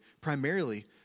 primarily